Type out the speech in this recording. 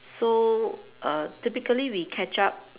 so uh typically we catch up